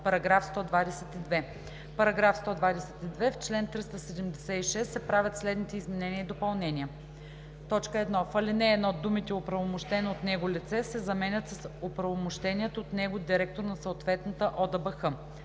122: „§ 122. В чл. 376 се правят следните изменения и допълнения: 1. В ал. 1 думите „оправомощено от него лице“ се заменят с „оправомощеният от него директор на съответната ОДБХ“.